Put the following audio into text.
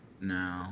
No